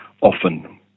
often